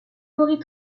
forêt